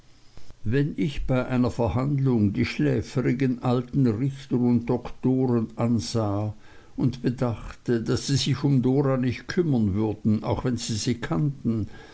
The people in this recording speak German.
wenn ich bei einer verhandlung die schläfrigen alten richter und doktoren ansah und bedachte daß sie sich um dora nicht kümmern würden auch wenn sie sie kannten